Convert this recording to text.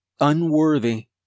unworthy